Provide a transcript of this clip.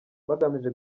bagamije